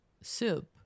soup